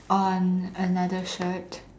on another shirt